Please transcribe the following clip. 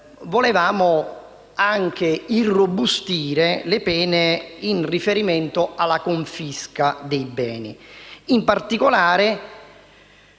voluto anche irrobustire le pene in riferimento alla confisca dei beni. In particolare,